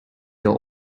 your